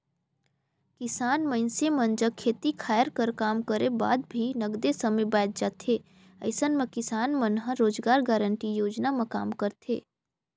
किसान मइनसे मन जग खेती खायर कर काम कर बाद भी नगदे समे बाएच जाथे अइसन म किसान मन ह रोजगार गांरटी योजना म काम करथे